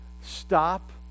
stop